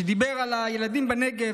שדיבר על הילדים בנגב.